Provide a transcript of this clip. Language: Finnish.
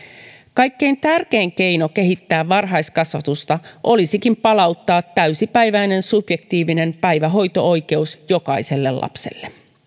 kaikkein tärkein keino kehittää varhaiskasvatusta olisikin palauttaa täysipäiväinen subjektiivinen päivähoito oikeus jokaiselle lapselle